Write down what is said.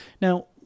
Now